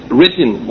written